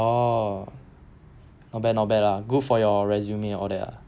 oh not bad not bad lah go for your resume all that lah